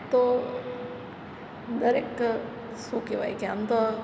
તો દરેક શું કહેવાય કે આમ તો